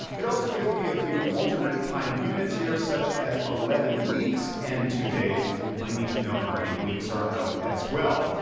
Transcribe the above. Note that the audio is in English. it also gives me a few alternate time units here such as eleven weeks and two days, if i need to know how many weeks are out as well.